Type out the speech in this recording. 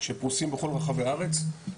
שפרוסים בכל רחבי הארץ.